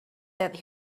that